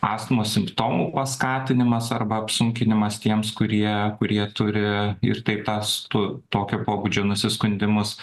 astmos simptomų paskatinimas arba apsunkinimas tiems kurie kurie turi ir taip tas tu tokio pobūdžio nusiskundimus